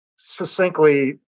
succinctly